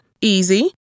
Easy